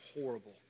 horrible